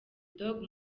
dog